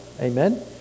amen